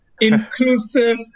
inclusive